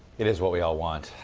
it is what we all want.